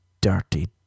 dirty